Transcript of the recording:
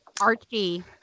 Archie